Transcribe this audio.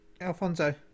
Alfonso